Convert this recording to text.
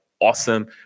awesome